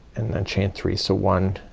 and then chain three. so one,